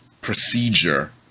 procedure